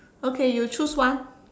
okay you choose one